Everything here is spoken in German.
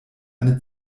eine